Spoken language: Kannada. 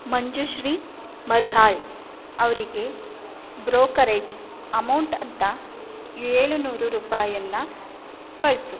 ಮಂಜುಶ್ರೀ ಮರಿಹಾಳ್ ಅವರಿಗೆ ಬ್ರೋಕರೇಜ್ ಅಮೌಂಟ್ ಅಂತ ಏಳು ನೂರು ರೂಪಾಯಿಯನ್ನ ಕಳಿಸು